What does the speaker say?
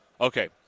Okay